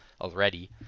already